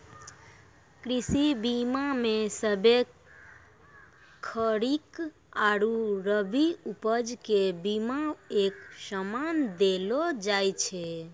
कृषि बीमा मे सभ्भे खरीक आरु रवि उपज के बिमा एक समान देलो जाय छै